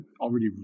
already